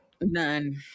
None